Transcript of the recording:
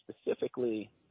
specifically